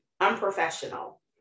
unprofessional